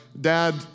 dad